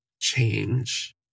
change